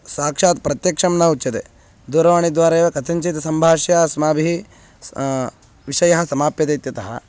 साक्षात् प्रत्यक्षं न उच्यते दूरवाणीद्वारा एव कथञ्चित् सम्भाष्य अस्माभिः विषयः समाप्यते इत्यतः